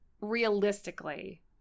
realistically